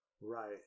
Right